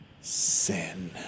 Sin